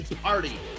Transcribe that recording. party